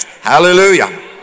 Hallelujah